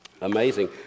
amazing